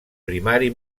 primari